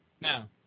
Now